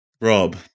Rob